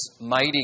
mighty